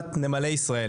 חברת נמלי ישראל.